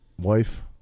wife